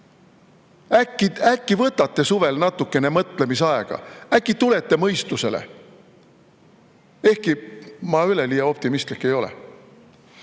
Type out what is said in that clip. Äkki võtate suvel natukene mõtlemisaega, äkki tulete mõistusele? Üleliia optimistlik ma küll